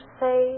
say